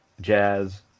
jazz